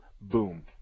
boom